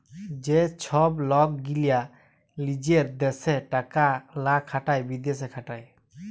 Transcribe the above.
যে ছব লক গীলা লিজের দ্যাশে টাকা লা খাটায় বিদ্যাশে খাটায়